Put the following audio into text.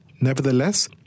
Nevertheless